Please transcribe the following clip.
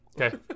Okay